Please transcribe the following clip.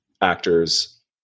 actors